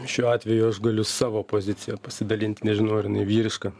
šiuo atveju aš galiu savo pozicija pasidalint nežinau ar jinai vyriška